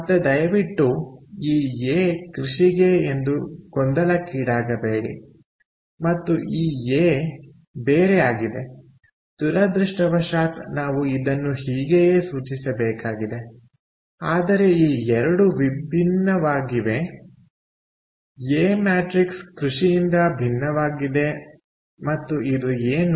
ಮತ್ತೆ ದಯವಿಟ್ಟು ಈ ಎ ಕೃಷಿಗೆ ಎಂದು ಗೊಂದಲಕ್ಕೀಡಾಗಬೇಡಿ ಮತ್ತು ಈ ಎ ಬೇರೆ ಆಗಿದೆ ದುರದೃಷ್ಟವಶಾತ್ ನಾವು ಇದನ್ನು ಹೀಗೆಯೇ ಸೂಚಿಸಬೇಕಾಗಿದೆ ಆದರೆ ಈ 2 ವಿಭಿನ್ನವಾಗಿವೆ ಎ ಮ್ಯಾಟ್ರಿಕ್ಸ್ ಕೃಷಿಯಿಂದ ಭಿನ್ನವಾಗಿದೆ ಮತ್ತು ಇದು ಏನು